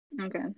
Okay